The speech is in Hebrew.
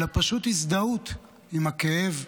אלא פשוט הזדהות עם הכאב,